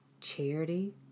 charity